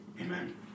Amen